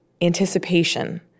anticipation